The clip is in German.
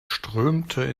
strömte